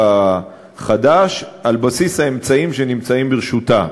החדש על בסיס האמצעים שנמצאים ברשותה.